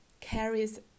carries